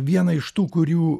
viena iš tų kurių